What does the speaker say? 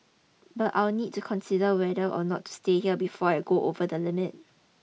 but I'll need to consider whether or not to stay here before I go over the limit